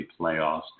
playoffs